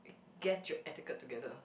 get your etiquette together